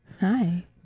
Hi